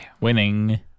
Winning